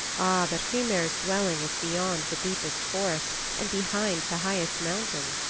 ah, but hrymer's dwelling is beyond the deepest forest and behind the highest mountain,